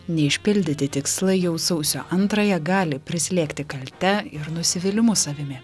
neišpildyti tikslai jau sausio antrąją gali prislėgti kalte ir nusivylimu savimi